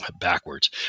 backwards